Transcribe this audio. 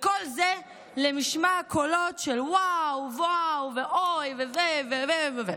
כל זה למשמע קולות של וואו, וואו, ואוי וזה וזה.